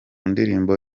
ndirimbo